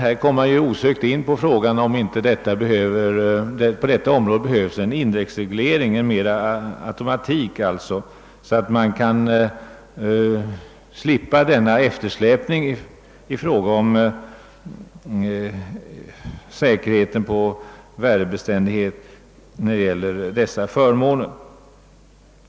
Här kommer man osökt in på frågan dm det inte på detta område behövs en indexreglering, en automatik, så att man kan slippa denna ständiga eftersläpning i fråga om kompensation för förlorad värdebeständighet beträffande dessa förmåner.